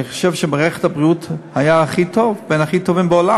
אני חושב שמערכת הבריאות הייתה בין הכי טובות בעולם.